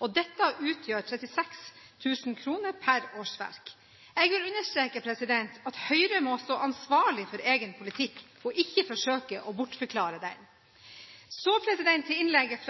kr. Dette utgjør 36 000 kr per årsverk. Jeg vil understreke at Høyre må stå ansvarlig for egen politikk og ikke forsøke å bortforklare den. Så til innlegget